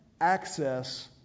access